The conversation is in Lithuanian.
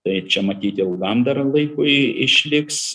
tai čia matyt ilgam dar laikui išliks